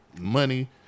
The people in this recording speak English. money